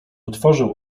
otworzył